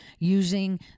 using